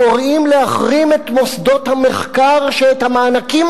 קוראים להחרים את מוסדות המחקר שאת המענקים